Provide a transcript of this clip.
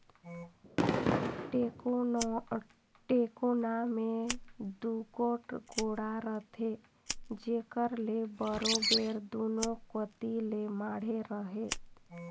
टेकोना मे दूगोट गोड़ा रहथे जेकर ले बरोबेर दूनो कती ले माढ़े रहें